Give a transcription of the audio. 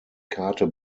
karte